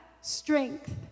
strength